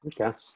Okay